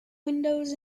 windows